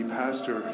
pastor